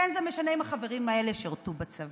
וזה לא משנה אם החברים האלה שירתו בצבא,